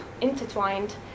intertwined